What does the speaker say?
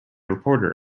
reporter